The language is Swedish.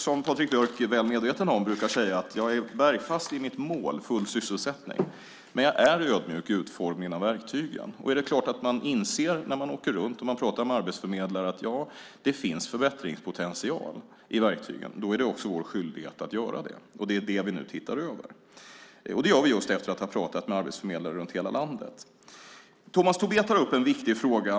Som Patrik Björck är väl medveten om brukar jag säga att jag är bergfast i mitt mål, full sysselsättning, men jag är ödmjuk i utformningen av verktygen. Om man inser när man åker runt och pratar med arbetsförmedlare att det finns förbättringspotential i verktygen är det vår skyldighet att förbättra dem. Det är det vi nu ser över. Det gör vi just efter att ha pratat med arbetsförmedlare runt hela landet. Tomas Tobé tar upp en viktig fråga.